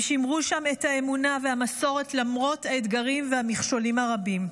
הם שימרו שם את האמונה והמסורת למרות האתגרים והמכשולים רבים,